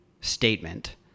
statement